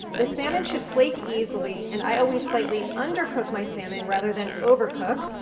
the salmon should flake easily, and i always slightly undercook my salmon rather than overcook,